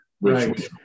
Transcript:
Right